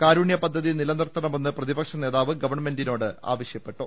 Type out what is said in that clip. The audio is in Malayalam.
കാരുണ്യ പദ്ധതി നിലനിർത്തണമെന്ന് പ്രതിപക്ഷ നേതാവ് ഗവൺമെന്റിനോട് ആവശ്യപ്പെട്ടു